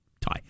tie